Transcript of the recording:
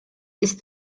ist